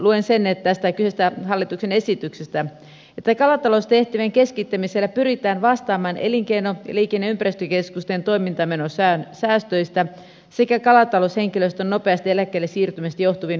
luen tästä kyseisestä hallituksen esityksestä kuinka kalataloustehtävien keskittämisellä pyritään vastaamaan elinkeino liikenne ja ympäristökeskusten toimintamenosäästöistä sekä kalataloushenkilöstön nopeasta eläkkeelle siirtymisestä johtuviin muutoksiin